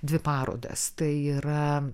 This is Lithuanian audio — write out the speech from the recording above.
dvi parodas tai yra